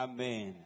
Amen